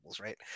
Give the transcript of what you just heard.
right